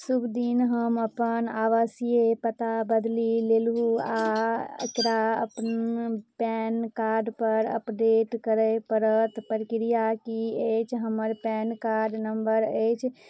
शुभ दिन हम अपन आवासीय पता बदलि लेलहुॅं आ एकरा अपन पैन कार्ड पर अपडेट करय पड़त प्रक्रिया की अछि हमर पैन कार्ड नंबर अछि